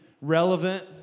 relevant